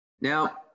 Now